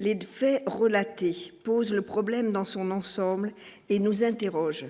les 2 faits relatés pose le problème dans son ensemble et nous interroge